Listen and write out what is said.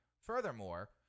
Furthermore